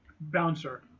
bouncer